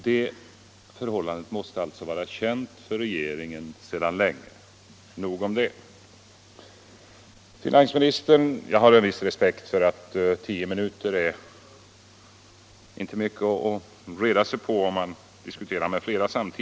Det förhållandet måste alltså vara känt för regeringen sedan länge. Nog om det. Herr finansminister! Jag har en viss respekt för synpunkten att tio minuter inte är mycket att reda sig på om man samtidigt diskuterar med flera talare.